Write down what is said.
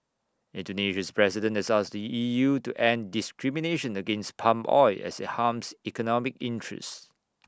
Indonesia's president has asked the E U to end discrimination against palm oil as IT harms economic interests